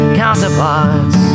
counterparts